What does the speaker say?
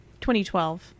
2012